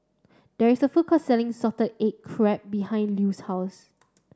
there is a food court selling salted egg crab behind Lue's house